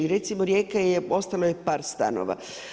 Recimo Rijeka je, ostalo je par stanova.